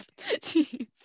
Jeez